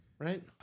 Right